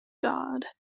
god